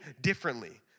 differently